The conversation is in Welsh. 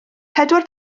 pedwar